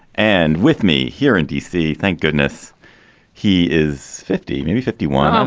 and with me here in d c, thank goodness he is fifty, maybe fifty one, um